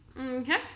Okay